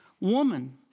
Woman